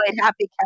Happy